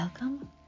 Welcome